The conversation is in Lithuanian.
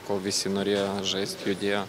kol visi norėjo žaist judėjo